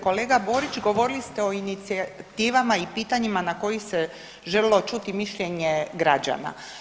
Kolega Borić govorili ste o inicijativama i pitanjima na kojih se željelo čuti mišljenje građana.